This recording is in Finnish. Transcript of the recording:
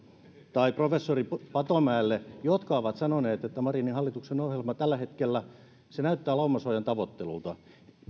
tai professori patomäelle jotka ovat sanoneet että marinin hallituksen ohjelma tällä hetkellä näyttää laumasuojan tavoittelulta